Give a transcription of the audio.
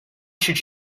should